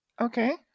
Okay